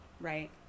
Right